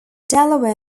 delaware